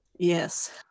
Yes